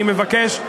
אני מבקש,